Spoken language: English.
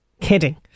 kidding